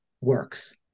works